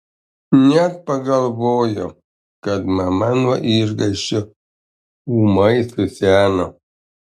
net pagalvojo kad mama nuo išgąsčio ūmai suseno